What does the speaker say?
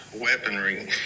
weaponry